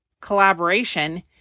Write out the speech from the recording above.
collaboration